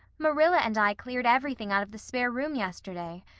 marilla and i cleared everything out of the spare room yesterday.